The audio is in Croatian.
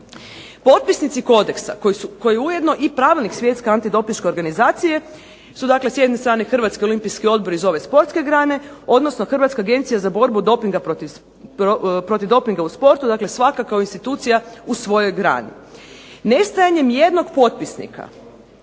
Potpisnici kodeksa koji je ujedno i Pravilnik Svjetske antidopinške organizacije su dakle s jedne strane Hrvatski olimpijski odbor iz ove sportske grane, odnosno Hrvatska agencija za borbu protiv dopinga u sportu, dakle svaka kao institucija u svojoj grani. Nestajanjem jednog potpisnika,